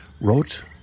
wrote